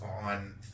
on